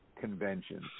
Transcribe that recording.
conventions